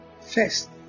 First